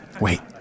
Wait